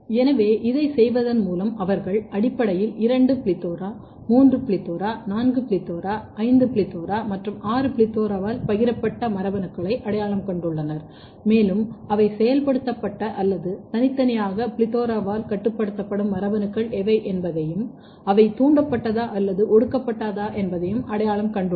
எனவே இதைச் செய்வதன் மூலம் அவர்கள் அடிப்படையில் இரண்டு PLETHORA மூன்று PLETHORA நான்கு PLETHORA ஐந்து PLETHORA மற்றும் ஆறு PLETHORA வால் பகிரப்பட்ட மரபணுக்களை அடையாளம் கண்டுள்ளனர் மேலும் அவை செயல்படுத்தப்பட்ட அல்லது தனித்தனியாக PLETHORA வால் கட்டுப்படுத்தப்படும் மரபணுக்கள் எவை என்பதையும் அவை தூண்டப்பட்டதா அல்லது ஒடுக்கப்பட்டதா என்பதையும் அடையாளம் கண்டுள்ளன